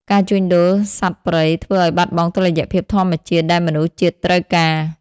ការជួញដូរសត្វព្រៃធ្វើឱ្យបាត់បង់តុល្យភាពធម្មជាតិដែលមនុស្សជាតិត្រូវការ។